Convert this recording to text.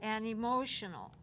and emotional